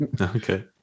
Okay